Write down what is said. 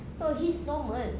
no he's normal